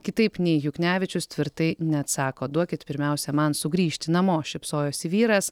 kitaip nei juknevičius tvirtai neatsako duokit pirmiausia man sugrįžti namo šypsojosi vyras